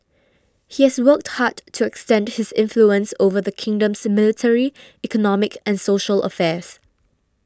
he has worked hard to extend his influence over the kingdom's military economic and social affairs